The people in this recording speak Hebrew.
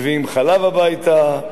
מביאים חלב הביתה,